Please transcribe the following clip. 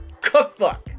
cookbook